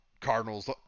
Cardinals